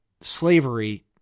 slavery